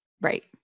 Right